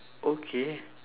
okay